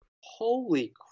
Holy